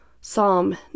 Psalm